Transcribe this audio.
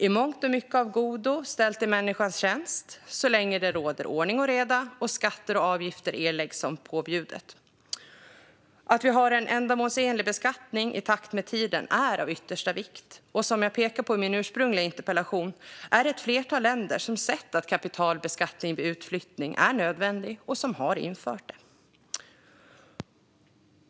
Detta är, ställt i människans tjänst, i mångt och mycket av godo, så länge det råder ordning och reda och skatter och avgifter erläggs som påbjudet. Att vi har en ändamålsenlig beskattning i takt med tiden är av yttersta vikt, och som jag pekar på i min ursprungliga interpellation är det ett flertal länder som har sett att kapitalbeskattning vid utflyttning är nödvändig och har infört det.